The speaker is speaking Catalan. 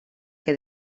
que